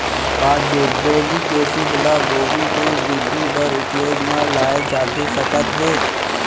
का gibberellic acid ल गोभी के वृद्धि बर उपयोग म लाये जाथे सकत हे?